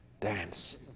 dance